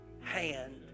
hand